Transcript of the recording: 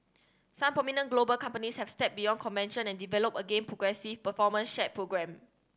some prominent global companies have stepped beyond convention and developed again progressive performance share programme